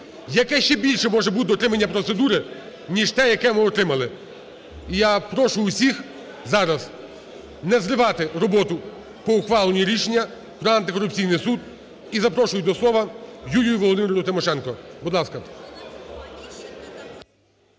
Яке ще більше може бути дотримання процедури ніж те, яке ми отримали? І я прошу всіх зараз не зривати роботу по ухваленню рішення про антикорупційний суд. І запрошую до слова Юлію Володимирівну Тимошенко. Будь ласка.